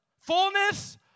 fullness